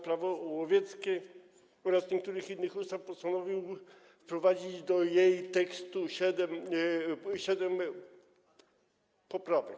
Prawo łowieckie oraz niektórych innych ustaw postanowił wprowadzić do jej tekstu siedem poprawek.